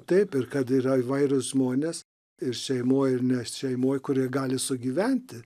taip ir kad yra įvairūs žmonės ir šeimoj ir ne šeimoj kurie gali sugyventi